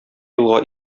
елга